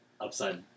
upside